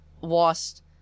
lost